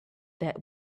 that